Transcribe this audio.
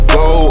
go